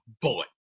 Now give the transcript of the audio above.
bullet